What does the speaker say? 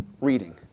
reading